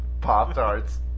Pop-Tarts